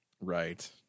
Right